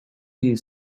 you